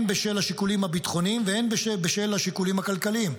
הן בשל השיקולים הביטחוניים והן בשל השיקולים הכלכליים.